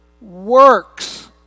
works